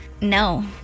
no